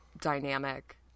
dynamic